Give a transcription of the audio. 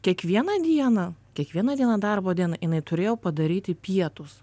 kiekvieną dieną kiekvieną dieną darbo dieną jinai turėjo padaryti pietus